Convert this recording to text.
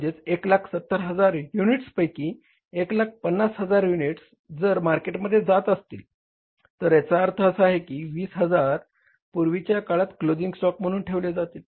म्हणजेच 170000 युनिट्सपैकी 150000 युनिट्स जर मार्केटमध्ये जात असतील तर याचा अर्थ असा की हे 20000 पूर्वीच्या काळात क्लोझिंग स्टॉक म्हणून ठेवले जातील